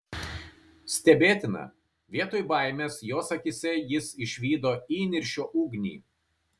stebėtina vietoj baimės jos akyse jis išvydo įniršio ugnį